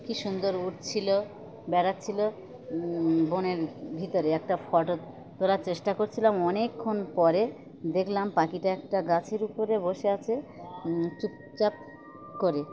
কী সুন্দর উঠছিলো বেড়াচ্ছিলো বনের ভিতরে একটা ফটো তোলার চেষ্টা করছিলাম অনেকক্ষণ পরে দেখলাম পাখিটা একটা গাছের উপরে বসে আছে চুপচাপ করে